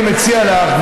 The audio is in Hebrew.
אני מציע לך,